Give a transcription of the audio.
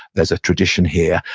there's a tradition here.